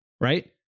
right